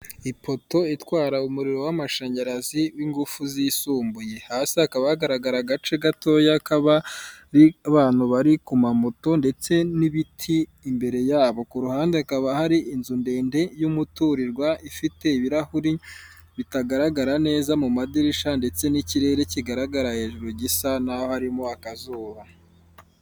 Ipoto itwara umuriro w'amashanyarazi w'ingufu zisumbuye, hasi hakaba hagaragara agace gatoya k'abantu bari ku mamoto ndetse n'ibiti, imbere yabo ku ruhande hakaba hari inzu ndende y'umuturirwa ifite ibirahure bitagaragara neza mu madirishya ndetse n'ikirere kigaragara hejuru gisa naho harimo akazuba.